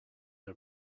are